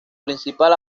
principal